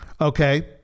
okay